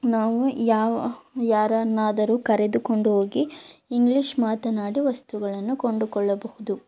ನಾವು ಯಾವ ಯಾರನ್ನಾದರೂ ಕರೆದುಕೊಂಡು ಹೋಗಿ ಇಂಗ್ಲಿಷ್ ಮಾತನಾಡಿ ವಸ್ತುಗಳನ್ನು ಕೊಂಡುಕೊಳ್ಳಬಹುದು